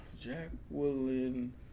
Jacqueline